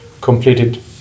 completed